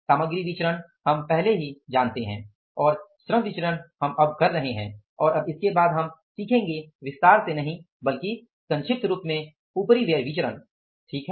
सामग्री विचरण हम पहले से ही जानते हैं और श्रम विचरण अब हम कर रहे हैं और अब इसके बाद हम सीखेंगे विस्तार से नहीं बल्कि संक्षिप्त रूप में उपरिव्यय विचरण ठीक है